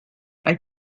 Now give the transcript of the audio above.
hay